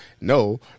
No